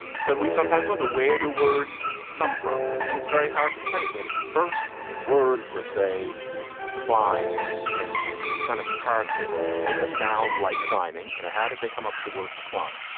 so we sometimes wonder where the words come from. and it's very hard to say where the first word for say climb came from. it's kind of hard to make a sound like climbing. you know how did they come up with the word for climb.